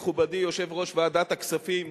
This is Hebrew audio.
מכובדי יושב-ראש ועדת הכספים,